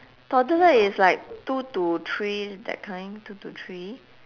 toddler is like two to three that kind two to three